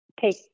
Take